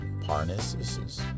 Parnassus